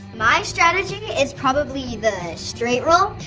my strategy is probably the straight roll.